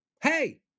Hey